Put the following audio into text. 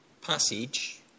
passage